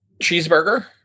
cheeseburger